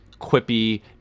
quippy